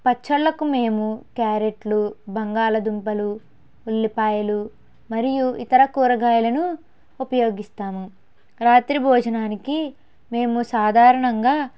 పచ్చళ్ళకు మేము క్యారెట్లు బంగాళదుంపలు ఉల్లిపాయలు మరియు ఇతర కూరగాయలను ఉపయోగిస్తాము రాత్రి భోజనానికి మేము సాధారణంగా